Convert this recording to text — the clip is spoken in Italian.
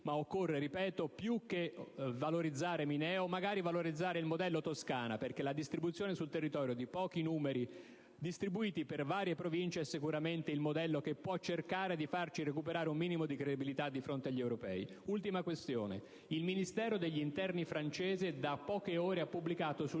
ma, ripeto, più che valorizzare Mineo, occorre valorizzare il modello Toscana, perché la distribuzione sul territorio di pochi numeri per varie Province è sicuramente il modello che può cercare di farci recuperare un minimo di credibilità di fronte agli europei. Un'ultima questione: il Ministero degli interni francese da poche ore ha pubblicato sul